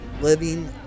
living